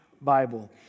Bible